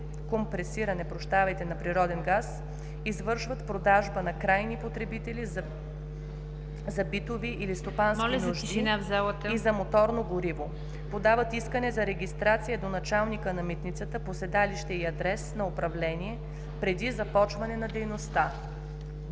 компресиране на природен газ извършват продажба на крайни потребители за битови или стопански нужди и за моторно гориво, подават искане за регистрация до началника на митницата по седалище и адрес на управление преди започване на дейността.“;